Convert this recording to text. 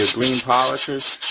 ah green polishers